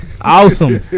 Awesome